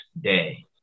Day